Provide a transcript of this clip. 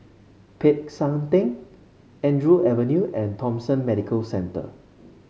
Peck San Theng Andrew Avenue and Thomson Medical Centre